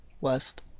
West